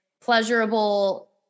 pleasurable